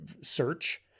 search